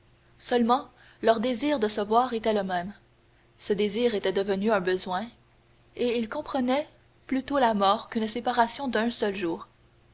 seulement leur désir de se voir était le même ce désir était devenu un besoin et ils comprenaient plutôt la mort qu'une séparation d'un seul jour